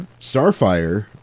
Starfire